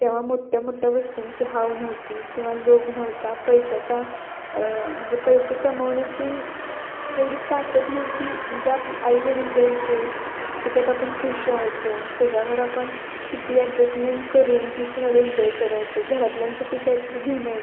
तेव्हा मोठ्ठ्या मोठ्ठ्या वस्तूंची हाव नव्हती किंवा लोभ नव्हता पैशाचा म्हणजे पैसे कमावण्याची तेवढी ताकत नव्हती म्हणजे आप आईवडील द्यायचे त्याच्यात आपण खुश रहायचो त्याच्यावर आपण किती अडजस्टमेन्ट करून ती सहल एन्जॉय करायचो घरातल्यांसाठी काहीतरी घेऊन यायचो